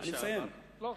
אתה יכול להמשיך.